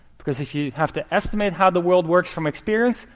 because if you have to estimate how the world works from experience,